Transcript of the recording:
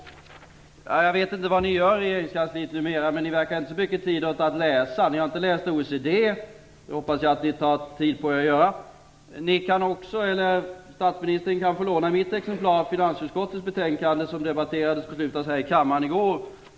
Jag vet inte vad ni gör i regeringskansliet numera. Ni verkar inte ägna mycket tid åt att läsa. Ni har inte läst vad OECD skriver. Det hoppas jag att ni ger er tid att göra. Statsministern kan få låna mitt exemplar av finansutskottets betänkande, som debatterades och beslutades om här i kammaren i går.